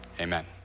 amen